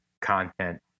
content